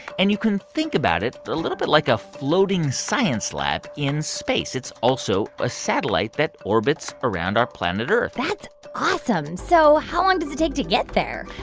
and you can think about it a little bit like a floating science lab in space. it's also a satellite that orbits around our planet earth that's awesome. so how long does it take to get there?